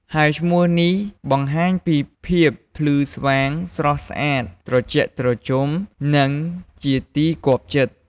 ហើយឈ្មោះនេះបង្ហាញពីភាពភ្លឺស្វាង ស្រស់ស្អាត ត្រជាក់ត្រជុំ និងជាទីគាប់ចិត្ត។